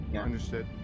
Understood